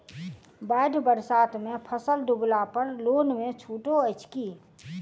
बाढ़ि बरसातमे फसल डुबला पर लोनमे छुटो अछि की